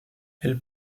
elle